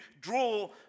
draw